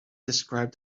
described